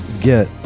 get